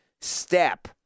step